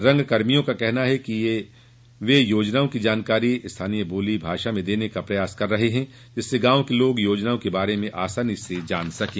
रंगकर्मियों का कहना है कि वे योजनाओं की जानकारी स्थानीय बोली भाषा में देने का भी प्रयास कर रहे हैं जिससे गांव के लोग योजनाओं के बारे में आसानी से जान सकें